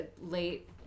late